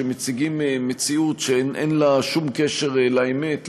שמציגים מציאות שאין לה שום קשר לאמת,